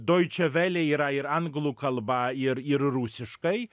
deutsche welle yra ir anglų kalba ir ir rusiškai